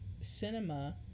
cinema